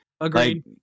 Agreed